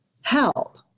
help